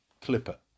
clipper